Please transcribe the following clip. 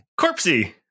Corpsey